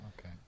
okay